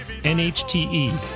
NHTE